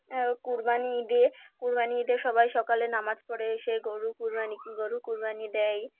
কুরবানি ঈদে কুরবানি ঈদে সবাই সকালে নামাজ পড়ে এসে গরু কুরবানি গরু কুরবানি দেয়